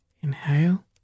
Inhale